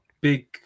Big